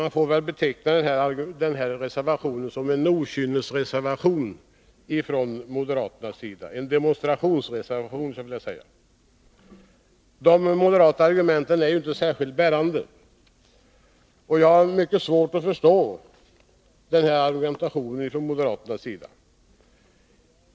Man får väl beteckna denna reservation som en okynnesreservation från moderaternas sida — en demonstrationsreservation, skulle jag vilja säga. Den moderata argumentationen är inte särskilt bärande. Jag har mycket svårt att förstå den argumentationen från moderaternas sida.